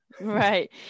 right